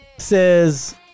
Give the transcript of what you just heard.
Says